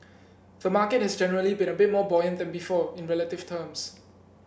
the market has generally been a bit more buoyant than before in relative terms